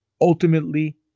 ultimately